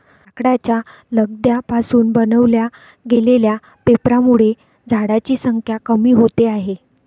लाकडाच्या लगद्या पासून बनवल्या गेलेल्या पेपरांमुळे झाडांची संख्या कमी होते आहे